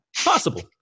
Possible